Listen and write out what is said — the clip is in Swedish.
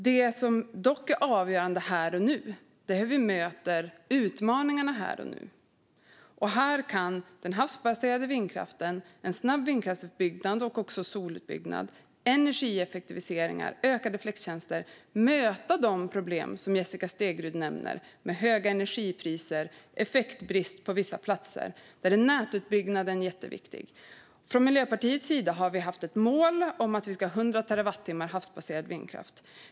Det som dock är avgörande här och nu är hur vi möter utmaningarna här och nu. Här kan den havsbaserade vindkraften, en snabb utbyggnad av vind och solkraft, energieffektiviseringar och ökade flextjänster möta de problem som Jessica Stegrud nämner, med höga energipriser och effektbrist på vissa platser. Där är nätutbyggnaden jätteviktig. Från Miljöpartiets sida har vi haft ett mål om 100 terawattimmar havsbaserad vindkraft.